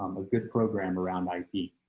um a good program around my feet.